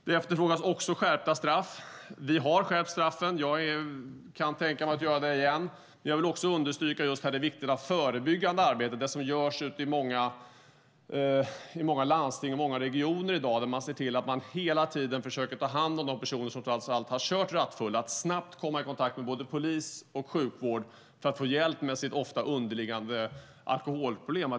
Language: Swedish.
Det efterfrågas också skärpta straff. Vi har skärpt straffen, och jag kan tänka mig att göra det igen. Jag vill också understryka att det är viktigt med det förebyggande arbetet, som görs ute i många landsting och många regioner. Där försöker man hela tiden ta hand om de personer som har kört rattfulla, så att de snabbt kommer i kontakt med både polis och sjukvård för att få hjälp med sitt ofta underliggande alkoholproblem.